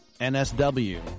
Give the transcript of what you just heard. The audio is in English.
NSW